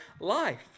life